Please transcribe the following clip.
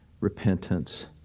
repentance